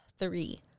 Three